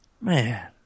Man